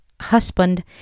husband